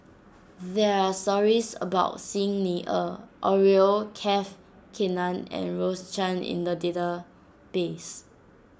there are stories about Xi Ni Er and Rose Chan in the database